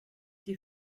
die